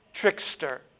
trickster